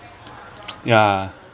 ya